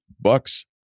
Bucks